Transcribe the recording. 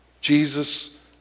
Jesus